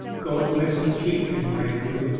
god bless and keep you, my edward!